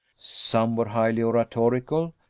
some were highly oratorical,